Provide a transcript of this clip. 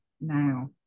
now